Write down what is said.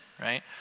right